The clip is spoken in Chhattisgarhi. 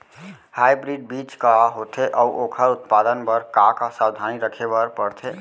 हाइब्रिड बीज का होथे अऊ ओखर उत्पादन बर का का सावधानी रखे बर परथे?